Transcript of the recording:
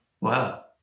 Wow